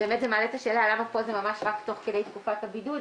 באמת זה מעלה את השאלה למה פה זה ממש רק תוך כדי תקופת הבידוד,